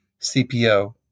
CPO